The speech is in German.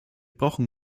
brauchen